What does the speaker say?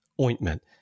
ointment